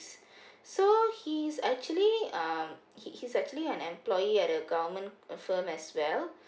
so he's actually uh he he is actually an employee at the government uh firm as well